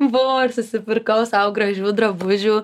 buvo ir susipirkau sau gražių drabužių